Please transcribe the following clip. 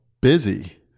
busy